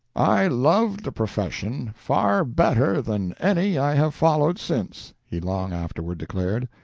i loved the profession far better than any i have followed since, he long afterward declared,